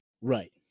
Right